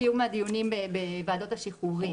סליחה, של קיום הדיונים בוועדות השחרורים.